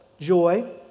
Joy